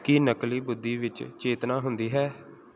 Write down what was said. ਕੀ ਨਕਲੀ ਬੁੱਧੀ ਵਿੱਚ ਚੇਤਨਾ ਹੁੰਦੀ ਹੈ